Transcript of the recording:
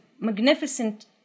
Magnificent